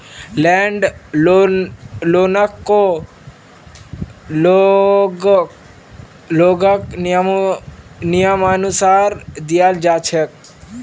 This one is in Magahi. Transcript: लैंड लोनकको लोगक नियमानुसार दियाल जा छेक